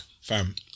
fam